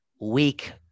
weak